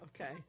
okay